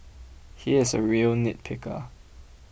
he is a real nitpicker